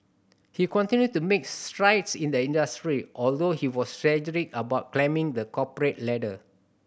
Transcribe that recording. he continued to make strides in the industry although he was strategic about climbing the corporate ladder